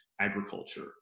agriculture